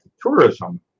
tourism